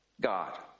God